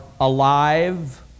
alive